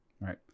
right